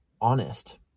honest